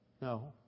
No